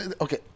Okay